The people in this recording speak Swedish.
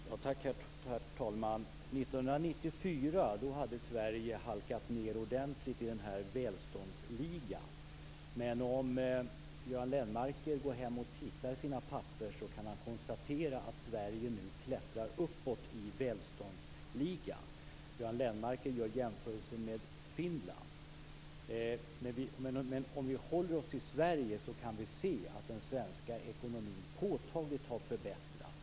Herr talman! 1994 hade Sverige halkat ned ordentligt i den här välståndsligan. Men om Göran Lennmarker går hem och tittar i sina papper kan han konstatera att Sverige nu klättrar uppåt i välståndsligan. Göran Lennmarker gör jämförelser med Finland. Men om vi håller oss till Sverige kan vi se att den svenska ekonomin har förbättrats påtagligt.